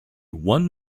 one